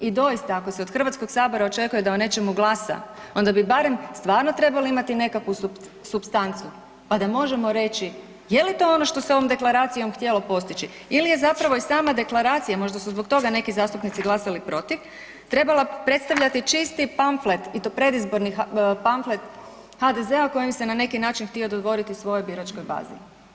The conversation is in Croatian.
I doista ako se od HS očekuje da o nečemu glasa onda bi barem stvarno trebali imati nekakvu supstancu, pa da možemo reći je li to ono što se ovom deklaracijom htjelo postići ili je zapravo i sama deklaracija, možda su zbog toga neki zastupnici glasali protiv, trebala predstavljati čisti pamflet i to predizborni pamflet HDZ-a kojim se na neki način htio dodvorit svojoj biračkoj bazi.